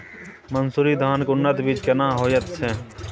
मन्सूरी धान के उन्नत बीज केना होयत छै?